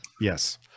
Yes